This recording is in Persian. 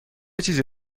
چیزی